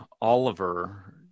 Oliver